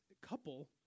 couple